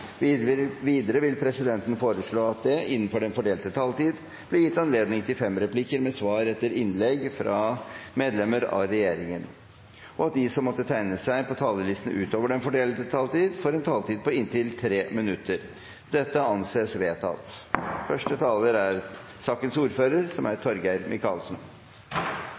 regjeringen. Videre vil presidenten foreslå at det blir gitt anledning til fem replikker med svar etter innlegg fra medlemmer av regjeringen innenfor den fordelte taletid, og at de som måtte tegne seg på talerlisten utover den fordelte taletid, får en taletid på inntil 3 minutter. – Det anses vedtatt.